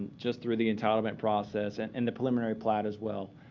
just through the entitlement process and and the preliminary plat, as well.